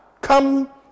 come